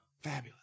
Fabulous